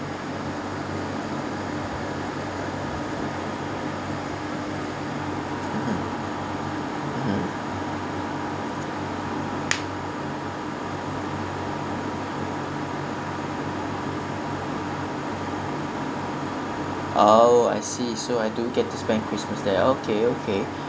mmhmm oh I see so I do get to spend christmas there okay okay